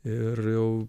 ir jau